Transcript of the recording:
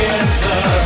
answer